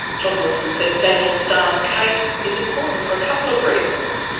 john wilson says daniel starr's case is important for a couple of reasons,